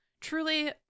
truly